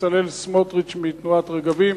לבצלאל סמוטריץ מתנועת "רגבים"